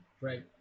right